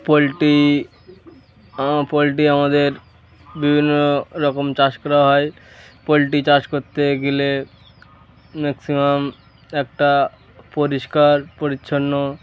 poultry আমার poultry আমাদের বিভিন্ন রকম চাষ করা হয় পোলট্রি চাষ করতে গেলে ম্যাক্সিমাম একটা পরিষ্কার পরিচ্ছন্ন